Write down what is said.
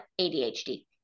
ADHD